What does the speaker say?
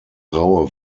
raue